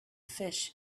fish